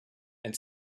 and